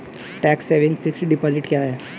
Tax saving fixed deposit क्या है?